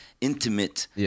intimate